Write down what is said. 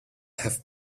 have